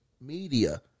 media